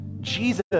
Jesus